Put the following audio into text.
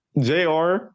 jr